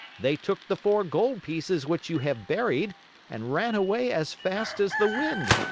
they took the four gold pieces which you have buried and ran away as fast as the wind.